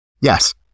Yes